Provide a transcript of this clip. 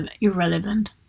irrelevant